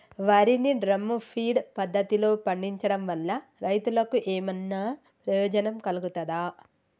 వరి ని drum feed పద్ధతిలో పండించడం వల్ల రైతులకు ఏమన్నా ప్రయోజనం కలుగుతదా?